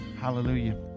hallelujah